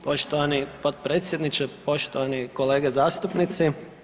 Poštovani potpredsjedniče, poštovani kolege zastupnici.